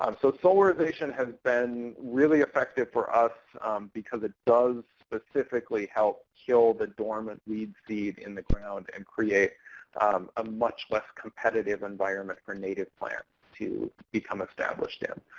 um so solarization has been really effective for us because it does specifically help kill the dormant weed seed in the ground and create a much less competitive environment for native plants to become established in.